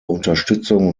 unterstützung